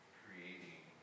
creating